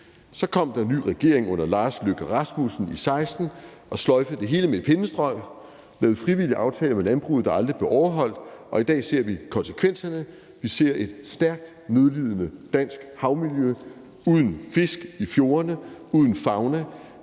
Så kom der en ny regering under Lars Løkke Rasmussen i 2016 og sløjfede det hele med et pennestrøg og lavede frivillige aftaler med landbruget, der aldrig blev overholdt, og i dag ser vi konsekvenserne. Vi ser et stærkt nødlidende dansk havmiljø uden fisk i fjordene, uden fauna,